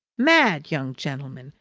mad, young gentleman,